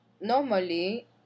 normally